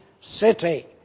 city